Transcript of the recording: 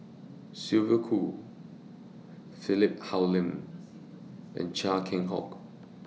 Sylvia Kho Philip Hoalim and Chia Keng Hock